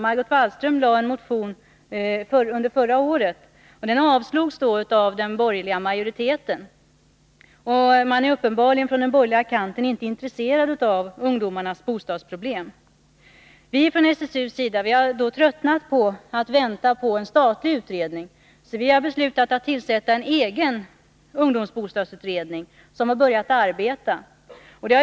Margot Wallström m.fl. väckte under förra riksmötet en motion om ungdomarnas situation på bostadsmarknaden, som då avslogs av den borgerliga majoriteten. På den borgerliga kanten är man uppenbarligen inte intresserad av ungdomarnas bostadsproblem. Vi i SSU har tröttnat på att vänta på en statlig utredning och därför tillsatt en egen ungdomsbostadsutredning, som har börjat arbeta.